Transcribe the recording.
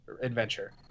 adventure